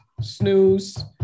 snooze